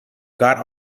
got